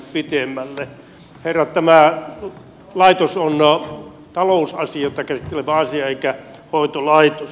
herrat tämä laitos on talousasioita käsittelevä eikä hoitolaitos